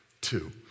Two